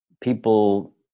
people